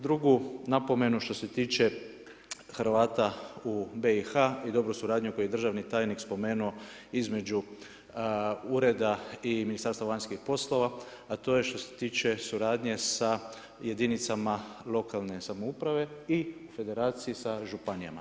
Drugu napomenu što se tiče Hrvata u BIH i dobru suradnju koju je državni tajnik spomenuo između ureda i Ministarstvom vanjskih poslova, a to je što se tiče suradnje sa jedinicama lokalne samouprave i federacije sa županijama.